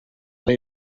and